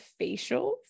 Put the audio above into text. facials